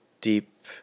deep